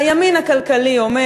הימין הכלכלי אומר: